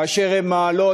כאשר הן מעלות,